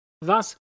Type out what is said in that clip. Thus